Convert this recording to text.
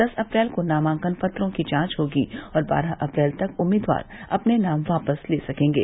दस अप्रैल को नामांकन पत्रों की जांच होगी और बारह अप्रैल तक उम्मीदवार अपने नाम वापस ले सकेंगे